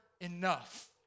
enough